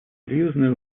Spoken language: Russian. серьезные